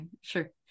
sure